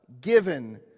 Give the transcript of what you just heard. given